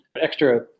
extra